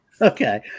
Okay